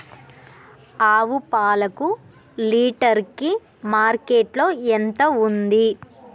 ఆవు పాలకు లీటర్ కి మార్కెట్ లో ఎంత ఉంది?